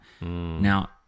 Now